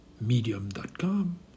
Medium.com